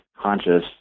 conscious